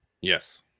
Yes